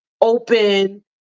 open